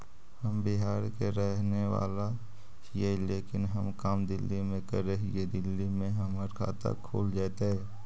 हम बिहार के रहेवाला हिय लेकिन हम काम दिल्ली में कर हिय, दिल्ली में हमर खाता खुल जैतै?